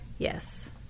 Yes